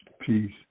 Peace